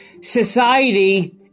society